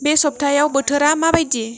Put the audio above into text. बे सफ्तायाव बोथोरा माबायदि